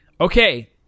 Okay